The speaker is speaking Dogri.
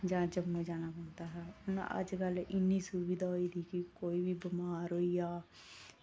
जां जम्मू जाना पौंदा हा हुन अजकल इन्नी सुविधा होई दी कि कोई बी बमार होई जा